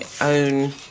own